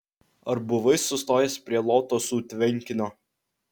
ar buvai sustojęs prie lotosų tvenkinio